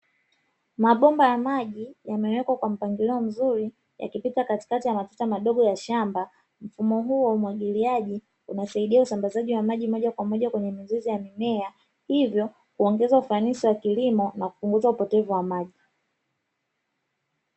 Mabomba ya maji yamewekwa kwa mpangilio mzuri yakipita katikati ya matuta madogo ya shamba, mfumo huu wa umwagiliaji unasaidia usambazaji wa maji moja kwa moja kwenye mizizi ya mimea, hivyo kuongeza ufanisi wa kilimo na kupunguza upotevu wa maji.